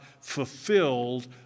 fulfilled